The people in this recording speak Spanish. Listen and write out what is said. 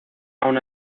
aun